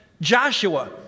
Joshua